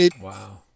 Wow